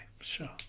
sure